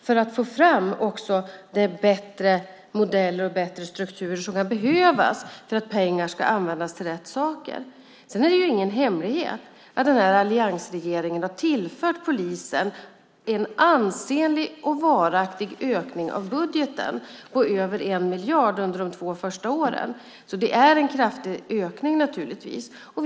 Det gör vi för att få fram de bättre modeller och strukturer som kan behövas för att pengar ska användas till rätt saker. Det är ingen hemlighet att alliansregeringen har tillfört polisen en ansenlig och varaktig ökning av budgeten på över 1 miljard under de två första åren. Det är naturligtvis en kraftig ökning.